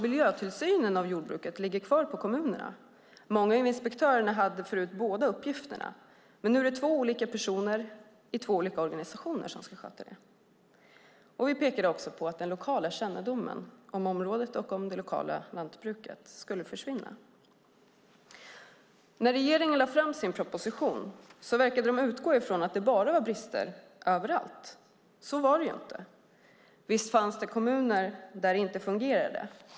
Miljötillsynen av jordbruket ligger kvar på kommunerna, och många inspektörer hade förut båda uppgifterna. Men nu är det två olika personer i två olika organisationer som ska sköta detta. Vi pekade också på att den lokala kännedomen om området och om det lokala lantbruket skulle försvinna. När regeringen lade fram sin proposition verkade man utgå från att det var brister överallt, men så var det ju inte. Visst fanns det kommuner där det inte fungerade.